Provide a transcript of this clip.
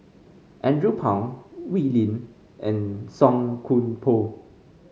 Andrew Phang Wee Lin and Song Koon Poh